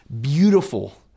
beautiful